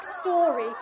story